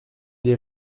des